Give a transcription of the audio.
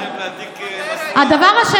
אני אתן לכם להדליק משואה.